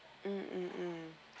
mm mm mm